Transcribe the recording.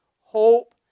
hope